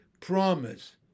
promise